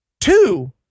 two